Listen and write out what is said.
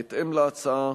בהתאם להצעה,